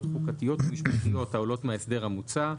חוקתיות ומשפטיות העולות מההסדר המוצע,